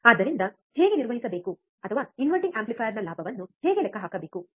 ಆದ್ದರಿಂದ ಹೇಗೆ ನಿರ್ವಹಿಸಬೇಕು ಅಥವಾ ಇನ್ವರ್ಟಿಂಗ್ ಆಂಪ್ಲಿಫೈಯರ್ನ ಲಾಭವನ್ನು ಹೇಗೆ ಲೆಕ್ಕ ಹಾಕಬೇಕು